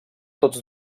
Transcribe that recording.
tots